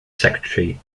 secretary